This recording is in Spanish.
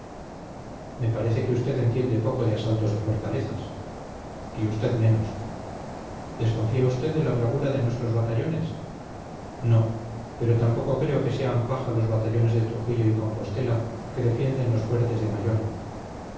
me parece que usted entiende poco de asaltos de fortalezas y usted menos desconfía usted de la bravura de nuestros batallones no pero tampoco creo que sean paja los batallones de trujillo y compostela que defienden los fuertes de